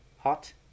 Hot